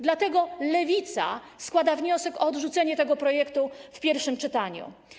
Dlatego Lewica składa wniosek o odrzucenie tego projektu w pierwszym czytaniu.